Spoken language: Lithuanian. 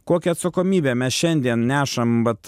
kokią atsakomybę mes šiandien nešam vat